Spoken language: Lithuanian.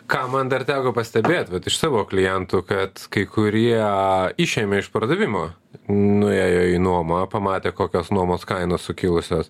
ką man dar teko pastebėt vat iš savo klientų kad kai kurie išėmė iš pardavimo nuėjo į nuomą pamatė kokios nuomos kainos sukilusios